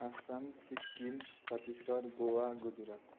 Assam Sikkim Chhattisgarh Goa Gujarat